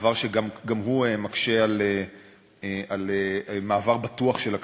דבר שגם הוא מקשה מעבר בטוח של הכביש.